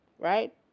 right